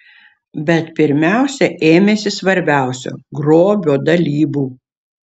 bet pirmiausia ėmėsi svarbiausio grobio dalybų